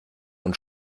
und